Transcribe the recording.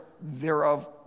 thereof